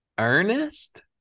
Ernest